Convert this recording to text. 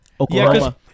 Oklahoma